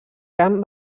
gran